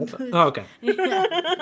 Okay